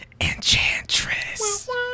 Enchantress